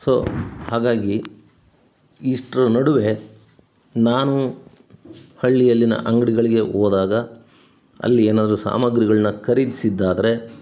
so ಹಾಗಾಗಿ ಇಷ್ಟರ ನಡುವೆ ನಾನು ಹಳ್ಳಿಯಲ್ಲಿನ ಅಂಗಡಿಗಳಿಗೆ ಹೋದಾಗ ಅಲ್ಲಿ ಏನಾದರೂ ಸಾಮಾಗ್ರಿಗಳನ್ನ ಖರೀದಿಸಿದ್ದಾದ್ರೆ